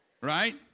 right